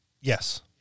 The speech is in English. Yes